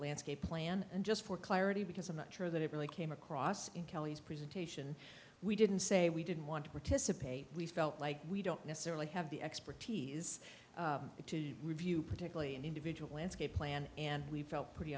landscape plan and just for clarity because i'm not sure that it really came across in kelli's presentation we didn't say we didn't want to participate we felt like we don't necessarily have the expertise to review particularly an individual landscape plan and we felt pretty